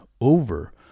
over